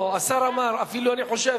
אפילו אני חושב,